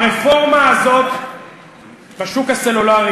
הרפורמה הזאת בשוק הסלולרי